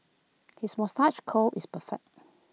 his moustache curl is perfect